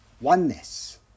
oneness